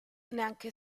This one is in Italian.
neanche